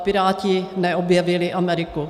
Piráti neobjevili Ameriku.